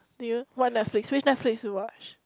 do you what Netflix which Netflix you watch